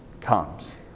comes